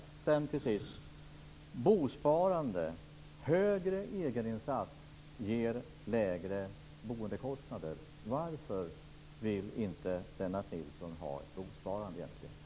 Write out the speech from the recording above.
Sedan till sist: Bosparande och högre egeninsats ger lägre boendekostnader. Varför vill inte Lennart Nilsson ha ett bosparande egentligen?